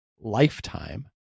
lifetime